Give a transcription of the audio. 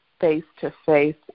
face-to-face